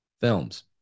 films